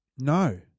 no